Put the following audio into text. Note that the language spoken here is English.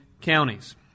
counties